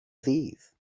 ddydd